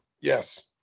Yes